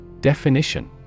Definition